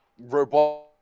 robot